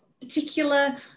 particular